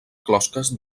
closques